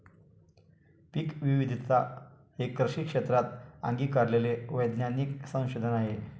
पीकविविधता हे कृषी क्षेत्रात अंगीकारलेले वैज्ञानिक संशोधन आहे